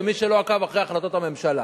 למי שלא עקב אחרי החלטות הממשלה.